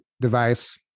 device